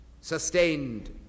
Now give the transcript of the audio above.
sustained